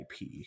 IP